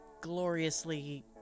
gloriously